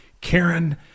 Karen